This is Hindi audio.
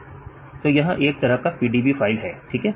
विद्यार्थी 3D तो यह एक तरह का PDB फाइल है ठीक है